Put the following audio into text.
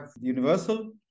universal